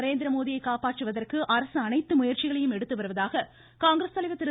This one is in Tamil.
நரேந்திரமோடியை காப்பாற்றுவதற்கு அரசு அனைத்து முயற்சிகளையும் எடுத்துவருவதாக காங்கிரஸ் தலைவர் திரு